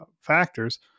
factors